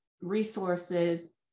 resources